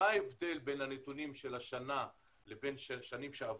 מה ההבדל בין הנתונים של השנה לבין של שנים שעברו?